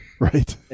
Right